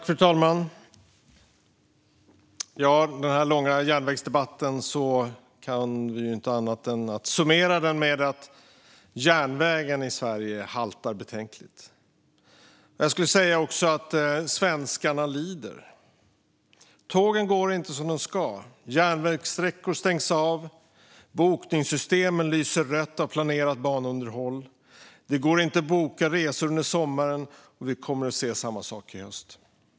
Fru talman! Denna långa järnvägsdebatt kan vi inte summera med annat än att järnvägen i Sverige haltar betänkligt. Men jag skulle också säga att svenskarna lider. Tågen går inte som de ska, järnvägssträckor stängs av, bokningssystemen lyser rött av planerat banunderhåll och det går inte att boka resor under sommaren. Och vi kommer att se samma sak i höst.